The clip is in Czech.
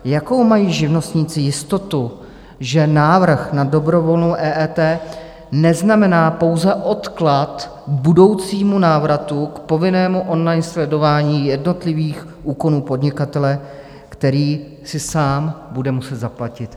Jakou mají živnostníci jistotu, že návrh na dobrovolnou EET neznamená pouze odklad k budoucímu návratu, k povinnému online sledování jednotlivých úkonů podnikatele, který si sám bude muset zaplatit?